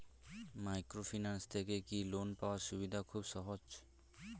Microfinance থেকে কি loan পাওয়ার সুবিধা খুব সহজ?